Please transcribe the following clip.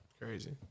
crazy